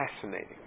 fascinating